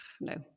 no